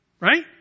right